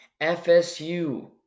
FSU